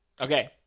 Okay